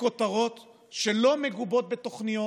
בכותרות שלא מגובות בתוכניות.